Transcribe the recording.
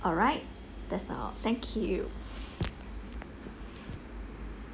alright that's all thank you